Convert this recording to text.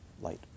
light